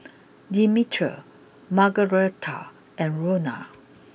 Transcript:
Demetria Margaretta and Rona